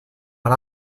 but